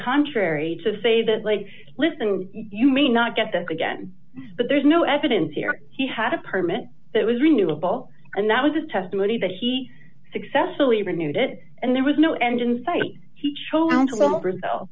contrary to say that like listen you may not get that again but there's no evidence here he had a permit that was renewable and that was his testimony that he successfully renewed it and there was no engine si